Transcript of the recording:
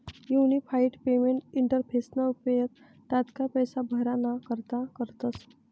unified payment इंटरफेसना उपेग तात्काय पैसा भराणा करता करतस